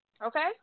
Okay